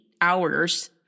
hours